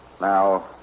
Now